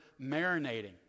marinating